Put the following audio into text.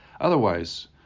otherwise